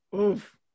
oof